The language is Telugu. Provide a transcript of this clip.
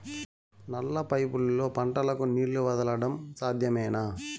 నల్ల పైపుల్లో పంటలకు నీళ్లు వదలడం సాధ్యమేనా?